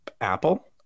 apple